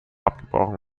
abgebrochen